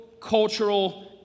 cultural